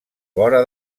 vora